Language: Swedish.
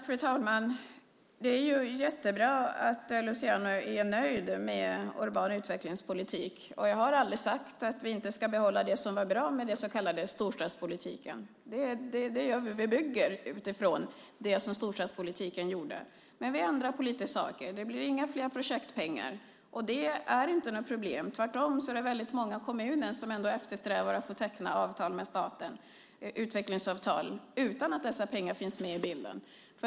Fru talman! Det är jättebra att Luciano är nöjd med urban utvecklingspolitik. Jag har aldrig sagt att vi inte ska behålla det som är bra med den så kallade storstadspolitiken. Vi bygger utifrån det som storstadspolitiken gjorde, men vi ändrar på lite saker. Det blir inga projektpengar. Det är inte något problem. Tvärtom är det väldigt många kommuner som ändå eftersträvar att få teckna utvecklingsavtal med staten utan att dessa pengar finns med i bilden.